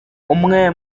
umwe